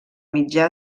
mitjà